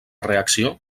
reacció